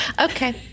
Okay